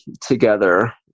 together